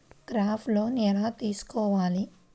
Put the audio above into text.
Crop loan ఎలా తీసుకోవాలి?